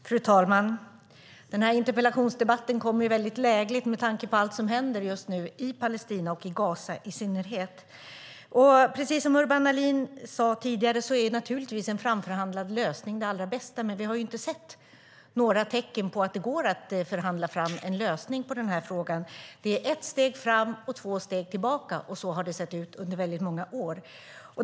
Fru talman! Denna interpellationsdebatt kom väldigt lägligt, med tanke på allt som händer just nu i Palestina, i synnerhet i Gaza. Som Urban Ahlin sade tidigare är naturligtvis en framförhandlad lösning det allra bästa, men vi har inte sett några tecken på att det går att förhandla fram en lösning på den här frågan. Det är ett steg framåt och två steg tillbaka, och så har det sett ut under väldigt många år.